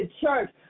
church